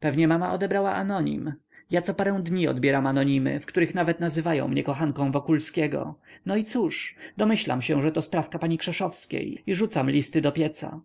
pewnie mama odebrała anonim ja co parę dni odbieram anonimy w których nawet nazywają mnie kochanką wokulskiego no i cóż domyślam się że to sprawka pani krzeszowskiej i rzucam listy do pieca